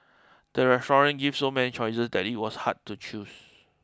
the restaurant gave so many choices that it was hard to choose